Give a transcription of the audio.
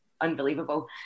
unbelievable